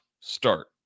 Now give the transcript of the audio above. start